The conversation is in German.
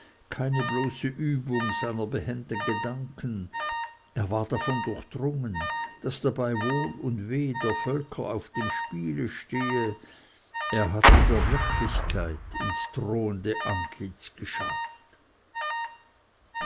keine bloße übung seiner behenden gedanken er war davon durchdrungen daß dabei wohl und wehe der völker auf dem spiele stehe er hatte der wirklichkeit ins drohende antlitz geschaut